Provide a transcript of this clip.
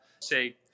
say